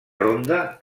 ronda